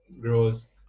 grows